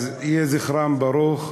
יהי זכרם ברוך.